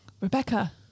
Rebecca